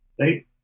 right